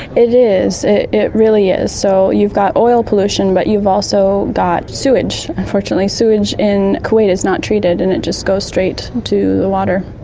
it is, it it really is. so you've got oil pollution but you've also got sewage. unfortunately sewage in kuwait is not treated and it just goes straight to the water.